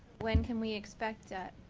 when can we expect that?